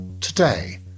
Today